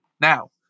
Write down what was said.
Now